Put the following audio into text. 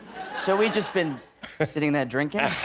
so we've just been sitting there drinking.